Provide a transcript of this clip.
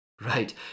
Right